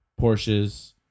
Porsches